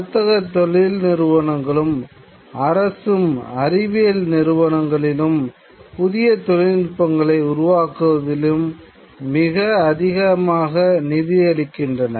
வர்த்தக நிறுவனங்களும் அரசும் அறிவியல் நிறுவனங்களிலும் புதிய தொழில்நுட்பங்களை உருவாக்குவதிலும் மிக அதிகமாக நிதியளிக்கின்றன